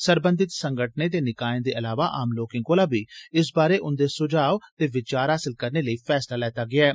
सरबंधित संगठनें ते निकाएं दे इलावा आम लोकें कोला बी इस बारे उंदे सुझा वते विचार हासल करने लेई फैसला लैता गेआ ऐ